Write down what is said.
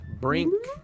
Brink